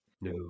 No